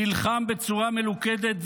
נלחם בצורה מלוכדת,